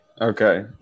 Okay